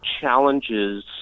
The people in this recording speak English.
challenges